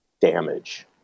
damage